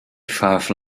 five